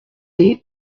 est